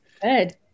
good